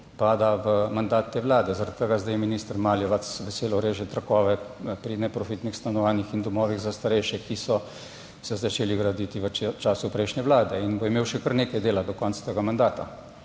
pada v mandat te Vlade, zaradi tega zdaj minister Maljevac veselo reže trakove pri neprofitnih stanovanjih in domovih za starejše, ki so se začeli graditi v času prejšnje Vlade, in bo imel še kar nekaj dela do konca tega mandata.